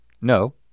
No